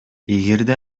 эгерде